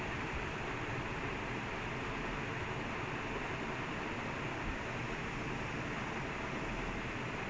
ah really eh நம்ப திருப்பியும்:namba thirupipyum plan பண்ணபோது:pannumpodhu we can plan for the camera place in the sembawang shopping centre place lah actually quite nice